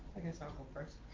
i guess i'll go first.